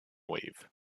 wave